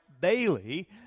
Bailey